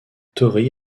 tori